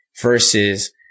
versus